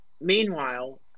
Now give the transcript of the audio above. Meanwhile